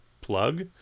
plug